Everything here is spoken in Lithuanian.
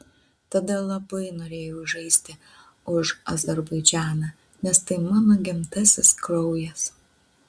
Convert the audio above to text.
tada labai norėjau žaisti už azerbaidžaną nes tai mano gimtasis kraujas